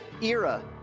era